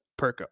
Perko